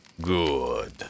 good